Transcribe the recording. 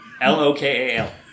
L-O-K-A-L